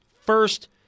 First